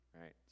right